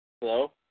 Hello